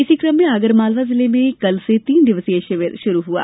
इसी कम में आगरमालवा जिले में कल से तीन दिवसीय शिविर शुरू हुआ